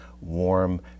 warm